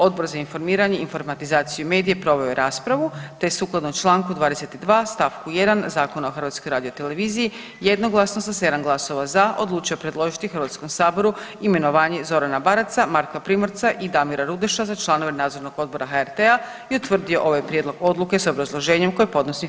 Odbor za informiranje, informatizaciju i medije proveo je raspravu te sukladno čl. 22. st. 1. Zakona o HRT-u jednoglasno sa 7 glasova za odlučio predložiti HS-u imenovanje Zorana Baraca, Marka Primoraca, Damira Rudeša za članove Nadzornog odbora HRT-a i utvrdio ovaj prijedlog odluke s obrazloženjem koje podnosi HS-u.